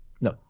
No